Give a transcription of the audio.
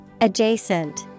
Adjacent